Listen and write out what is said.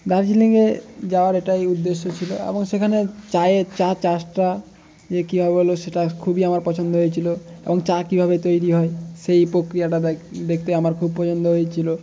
দার্জিলিংয়ে যাওয়ার এটাই উদ্দেশ্য ছিল এবং সেখানে চায়ের চা চাষটা যে কীভাবে হলো সেটা খুবই আমার পছন্দ হয়েছিল এবং চা কীভাবে তৈরি হয় সেই প্রক্রিয়াটা দেখতে আমার খুব পছন্দ হয়েছিল